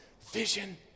vision